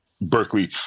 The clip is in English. Berkeley